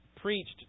preached